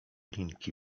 linki